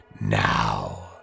Now